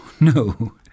no